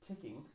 ticking